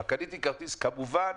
אתה כנראה לא מעודכן,